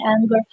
anger